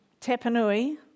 Tapanui